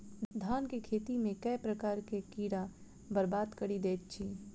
धान केँ खेती मे केँ प्रकार केँ कीट बरबाद कड़ी दैत अछि?